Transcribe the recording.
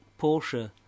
Porsche